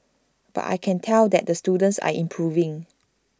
but I can tell that the students are improving